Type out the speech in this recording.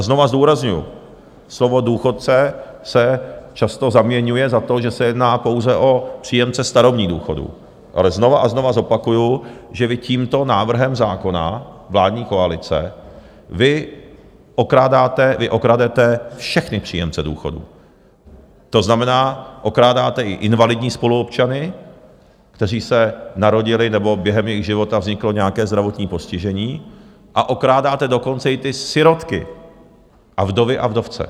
Znovu zdůrazňuju, slovo důchodce se často zaměňuje za to, že se jedná pouze o příjemce starobních důchodů, ale znovu a znovu zopakuju, že vy tímto návrhem zákona vládní koalice, vy okrádáte, vy okradete všechny příjemce důchodů, to znamená, okrádáte i invalidní spoluobčany, kteří se narodili nebo během jejich života vzniklo nějaké zdravotní postižení, a okrádáte dokonce i sirotky, vdovy a vdovce.